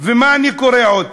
ומה אני קורא עוד?